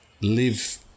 live